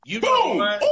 Boom